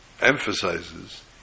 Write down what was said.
emphasizes